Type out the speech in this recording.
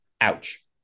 Ouch